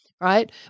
right